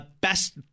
Best